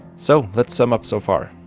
so let's sum up so far.